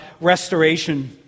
restoration